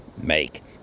make